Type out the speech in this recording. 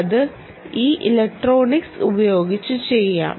അത് ഈ ഇലക്ട്രോണിക്സ് ഉപയോഗിച്ച് ചെയ്യാം